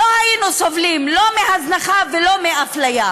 לא היינו סובלים לא מהזנחה ולא מאפליה.